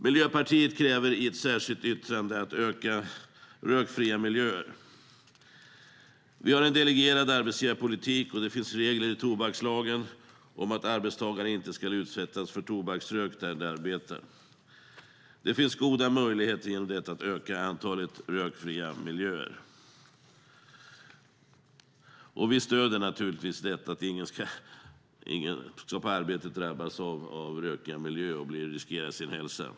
Miljöpartiet kräver i ett särskilt yttrande att antalet rökfria miljöer ska öka. Vi har en delegerad arbetsgivarpolitik, och det finns regler i tobakslagen om att arbetstagare inte ska utsättas för tobaksrök där de arbetar. Det finns därigenom goda möjligheter att öka antalet rökfria miljöer. Vi stöder naturligtvis att ingen på arbetet ska drabbas av rökiga miljöer och riskera sin hälsa.